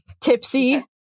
tipsy